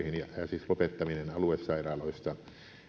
siis lopettaminen aluesairaaloista